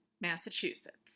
Massachusetts